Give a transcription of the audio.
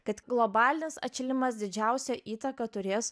kad globalinis atšilimas didžiausią įtaką turės